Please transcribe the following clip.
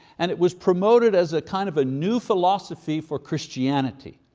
and it was promoted as a, kind of, new philosophy for christianity.